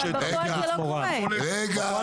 בפועל זה לא קורה,